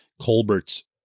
Colbert's